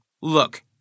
Look